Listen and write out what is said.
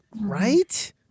right